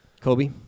Kobe